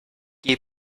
die